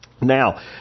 Now